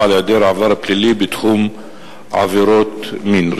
על היעדר עבר פלילי בתחום עבירות מין.